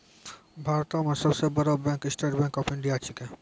भारतो मे सब सं बड़ो bank State Bank of India छिकै